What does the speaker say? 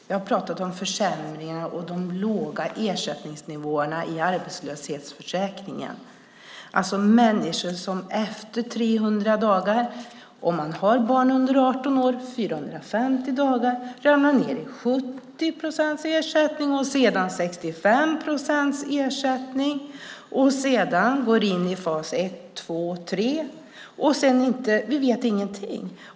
Jag har pratat om försämringen och de låga ersättningsnivåerna i arbetslöshetsförsäkringen, om människor som efter 300 dagar, och om man har barn under 18 år 450 dagar, får 70 procents ersättning, sedan 65 procents ersättning, sedan går in i fas ett, två, tre, och sedan vet man ingenting.